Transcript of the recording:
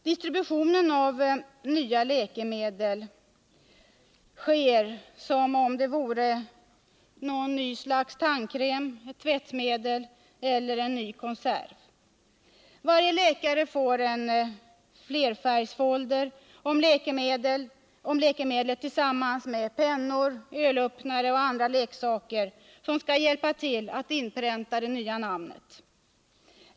Distributionen av nya läkemedel sker som om det vore fråga om en ny tandkräm, ett nytt tvättmedel eller en ny konserv. Varje läkare får flerfärgsfoldrar om läkemedlet tillsammans med pennor, ölöppnare och andra leksaker som skall hjälpa till att inpränta det nya namnet.